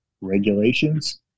regulations